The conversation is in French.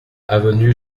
avenue